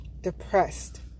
depressed